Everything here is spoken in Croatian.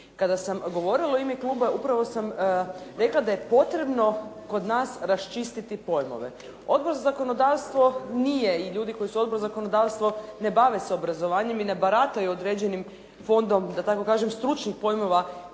Kada sam govorila u ime kluba, upravo sam rekla da je potrebno kod nas raščistiti pojmove. Odbor za zakonodavstvo nije, i ljudi koji su u Odboru za zakonodavstvo ne bave se obrazovanjem i ne barataju određenim fondom, da tako kažem stručnih pojmova